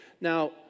Now